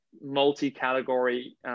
multi-category